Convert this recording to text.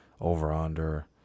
over-under